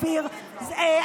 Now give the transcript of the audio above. ניר,